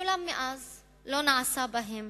ואולם מאז לא נעשה בהן